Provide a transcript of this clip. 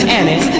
Annie